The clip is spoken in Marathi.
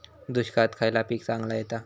दुष्काळात खयला पीक चांगला येता?